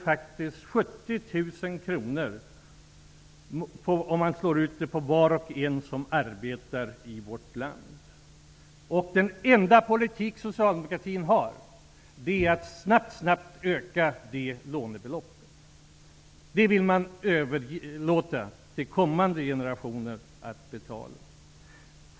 Översatt betyder det att vi, utslaget på var och en som arbetar i vårt land, lånar 70 000 kr. Den enda politik som socialdemokratin har är att mycket snabbt öka det lånebeloppet. Det vill man överlåta till kommande generationer att betala.